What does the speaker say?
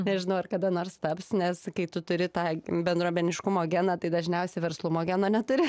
nežinau ar kada nors taps nes kai tu turi tą bendruomeniškumo geną tai dažniausiai verslumo geno neturi